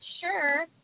sure